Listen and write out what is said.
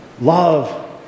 Love